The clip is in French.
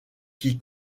qui